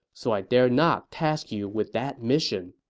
so i dare not task you with that mission.